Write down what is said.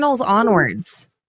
onwards